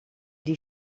die